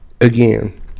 again